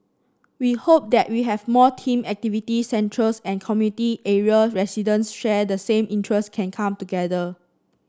we hope that we have more themed activity centres and community area residents share the same interest can come together